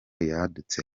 yadutse